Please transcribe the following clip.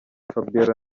fabiola